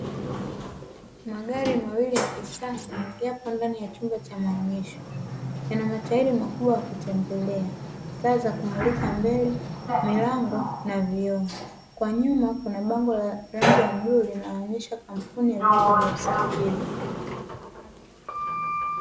Magari mawili ya kisasa yapo ndani ya chumba cha maonyesho yana matairi makubwa ya kutembelea, taa za kumulika mbele, milango na vioo kwa nyuma kuna bango la rangi ya bluu linaonyesha kampuni ya vyombo vya usafiri.